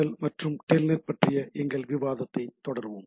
L மற்றும் Telnet பற்றிய எங்கள் விவாதத்தைத் தொடருவோம்